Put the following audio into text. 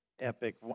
epic